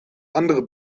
andere